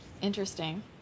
Interesting